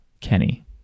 kenny